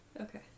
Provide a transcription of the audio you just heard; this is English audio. okay